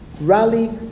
Rally